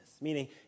meaning